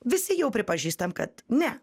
visi jau pripažįstam kad ne